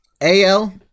AL